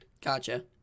Gotcha